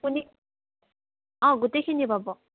আপুনি অঁ গোটেইখিনি পাব